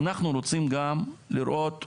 אנחנו רוצים גם לראות תמונה,